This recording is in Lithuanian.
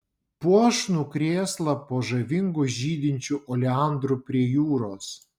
puošnų krėslą po žavingu žydinčiu oleandru prie jūros